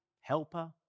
helper